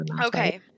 Okay